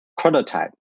prototype